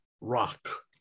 rock